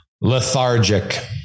lethargic